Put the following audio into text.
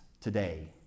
today